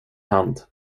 hand